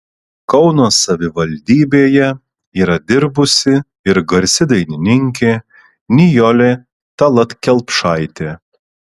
kauno savivaldybėje yra dirbusi ir garsi dainininkė nijolė tallat kelpšaitė